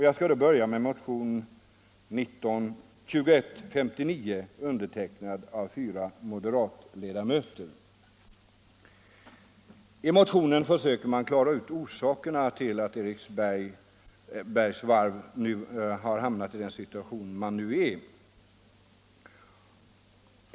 Jag skall börja med motionen 2159, undertecknad av fyra moderatledamöter. I motionen försöker man klara ut orsakerna till att Eriksbergs varv har hamnat i den nuvarande situationen.